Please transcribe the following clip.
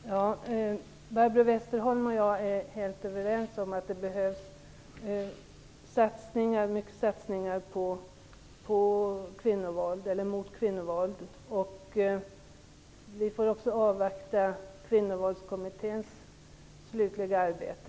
Herr talman! Barbro Westerholm och jag är helt överens om att det behövs stora satsningar mot kvinnovåld. Vi får avvakta Kvinnovåldskommitténs slutliga arbete.